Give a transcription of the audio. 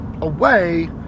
away